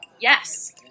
Yes